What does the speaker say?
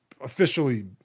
officially